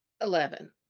Eleven